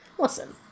Listen